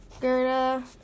Gerda